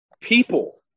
people